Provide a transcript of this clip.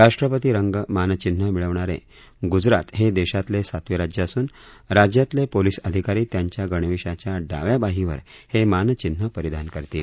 राष्ट्रपती रंग मानचिन्ह मिळवणारे गुजरात हे देशातले सातवे राज्य असून राज्यातले पोलिस अधिकारी त्यांच्या गणवेशाच्या डाव्या बाहीवर हे मानचिन्ह पारिधान करतील